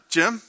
Jim